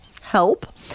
Help